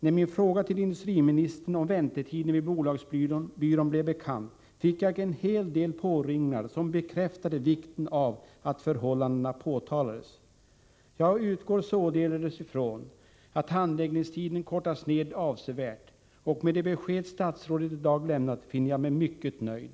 När min fråga till industriministern om väntetiderna vid bolagsbyrån blev bekant fick jag en hel del påringningar som bekräftade vikten av att förhållandena påtalades. Jag utgår således ifrån att handläggningstiderna kortas ned avsevärt, och med det besked statsrådet i dag har lämnat finner jag mig mycket nöjd.